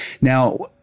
now